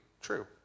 true